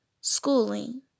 schooling